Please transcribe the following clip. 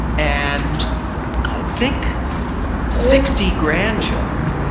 and i think sixty grandchildren,